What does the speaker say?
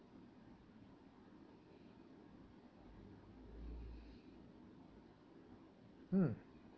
mm